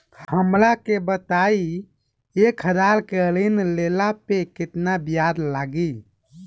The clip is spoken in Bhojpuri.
हमरा के बताई कि एक हज़ार के ऋण ले ला पे केतना ब्याज लागी?